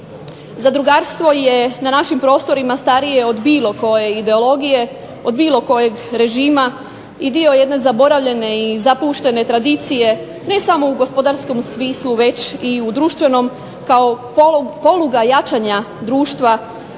zadrugarstvo je na našim prostorima starije od bilo koje ideologije, od bilo kojeg režima i dio jedne zaboravljene i zapuštene tradicije, ne samo u gospodarskom smislu već i u društvenom kao poluga jačanja društva